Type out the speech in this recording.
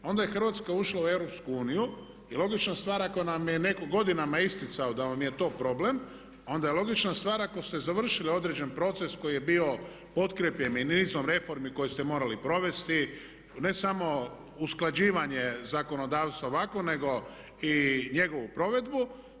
Onda je Hrvatska ušla u EU i logična stvar ako nam je netko godinama isticao da vam je to problem onda je logična stvar ako ste završili određen proces koji je bio potkrepljen i nizom reformi koje ste morali provesti ne samo usklađivanje zakonodavstva ovako nego i njegovu provedbu.